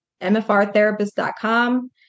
mfrtherapist.com